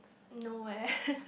no eh